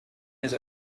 his